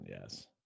yes